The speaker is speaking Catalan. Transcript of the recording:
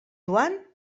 joan